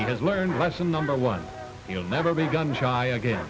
he has learned a lesson number one you'll never be gun shy again